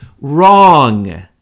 Wrong